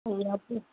ஓ அப்படியா